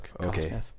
Okay